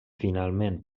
finalment